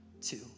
two